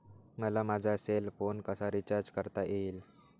मला माझा cell phone कसा रिचार्ज करता येईल?